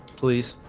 please